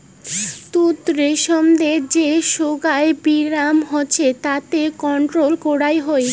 তুত রেশমদের যে সোগায় বীমার হসে তাকে কন্ট্রোল করং হই